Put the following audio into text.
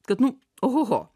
kad nu ohoho